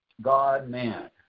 God-man